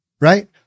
Right